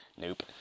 Nope